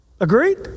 Agreed